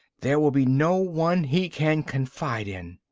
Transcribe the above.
there will be no one he can confide in.